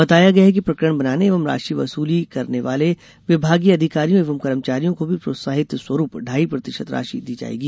बताया गया है कि प्रकरण बनाने एवं राशि वसूली करने वाले विभागीय अधिकारियों एवं कर्मचारियों को भी प्रोत्साहन स्वरूप ढाई प्रतिशत राशि दी जाएगी